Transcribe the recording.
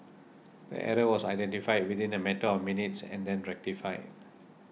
the error was identified within a matter of minutes and then rectified